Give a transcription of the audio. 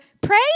pray